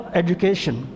education